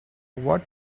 what